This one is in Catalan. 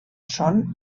són